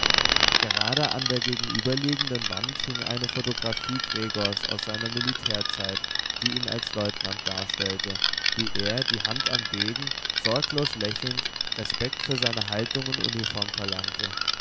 gerade an der gegenüberliegenden wand hing eine photographie gregors aus seiner militärzeit die ihn als leutnant darstellte wie er die hand am degen sorglos lächelnd respekt für seine haltung und uniform verlangte